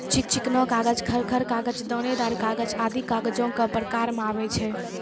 चिकना कागज, खर खर कागज, दानेदार कागज आदि कागजो क प्रकार म आवै छै